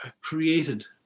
created